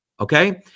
Okay